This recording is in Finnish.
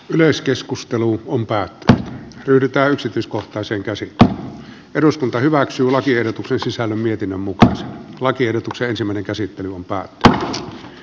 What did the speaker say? yleiskeskusteluun kun päätti yrittää yksityiskohtaisen käsittää eduskunta hyväksyi lakiehdotuksen sisällön mietinnön mukaan lakiehdotukseen sementin käsittely hallitusohjelmaa noudatetaan